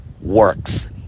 works